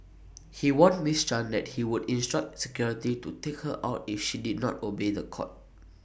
he warned miss chan that he would instruct security to take her out if she did not obey The Court